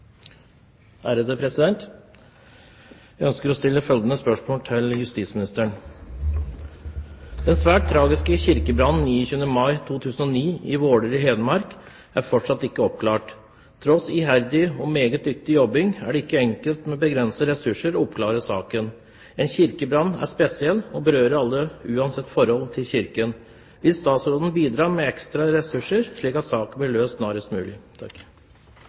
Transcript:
svært tragiske kirkebrannen 29. mai 2009 i Våler i Hedmark er fortsatt ikke oppklart. Tross iherdig og meget dyktig jobbing er det ikke enkelt med begrensede ressurser å oppklare saken. En kirkebrann er spesiell og berører alle uansett forhold til kirken. Vil statsråden bidra med ekstra ressurser, slik at saken blir løst snarest mulig?»